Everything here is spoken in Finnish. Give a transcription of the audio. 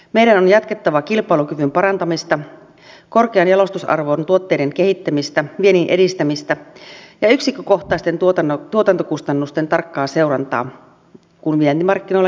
meidän on jatkettava kilpailukyvyn parantamista korkean jalostusarvon tuotteiden kehittämistä viennin edistämistä ja yksikkökohtaisten tuotantokustannusten tarkkaa seurantaa kun vientimarkkinoilla kilpaillaan